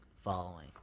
following